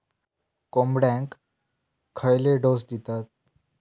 कोंबड्यांक खयले डोस दितत?